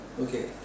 okay